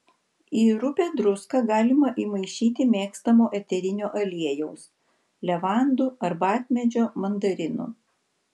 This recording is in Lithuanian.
į rupią druską galima įmaišyti mėgstamo eterinio aliejaus levandų arbatmedžio mandarinų